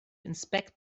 inspect